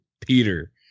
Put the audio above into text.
peter